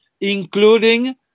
including